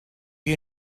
you